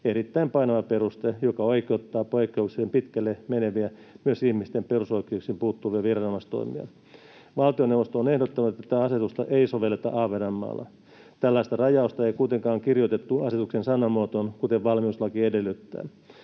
erittäin painava peruste, joka oikeuttaa poikkeuksellisen pitkälle meneviä, myös ihmisten perusoikeuksiin puuttuvia, viranomaistoimia. Valtioneuvosto on ehdottanut, että tätä asetusta ei sovelleta Ahvenanmaalla. Tällaista rajausta ei kuitenkaan ole kirjoitettu asetuksen sanamuotoon, kuten valmiuslaki edellyttää.